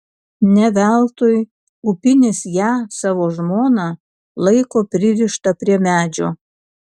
ne veltui upinis ją savo žmoną laiko pririštą prie medžio